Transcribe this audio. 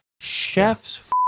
Chef's